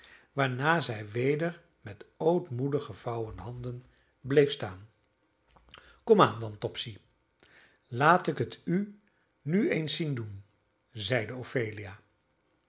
waarna zij weder met ootmoedig gevouwen handen bleef staan komaan dan topsy laat ik het u nu eens zien doen zeide ophelia